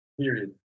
period